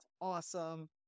awesome